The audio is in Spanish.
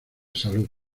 salud